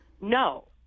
no